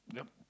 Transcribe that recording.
yup